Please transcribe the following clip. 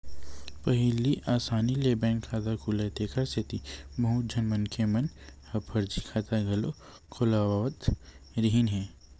पहिली असानी ले बैंक खाता खुलय तेखर सेती बहुत झन मनखे मन ह फरजी खाता घलो खोलवावत रिहिन हे